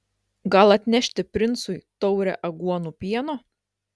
gal atnešti princui taurę aguonų pieno